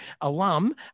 alum